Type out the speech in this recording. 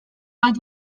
bat